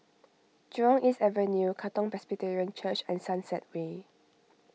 Jurong East Avenue Katong Presbyterian Church and Sunset Way